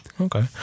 okay